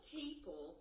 people